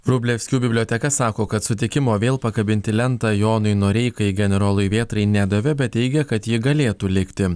vrublevskių biblioteka sako kad sutikimo vėl pakabinti lentą jonui noreikai generolui vėtrai nedavė bet teigia kad ji galėtų likti